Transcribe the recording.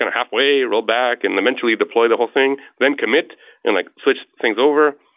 and half way roll back and eventually deploy the whole thing. then commit and like switch things over.